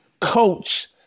coach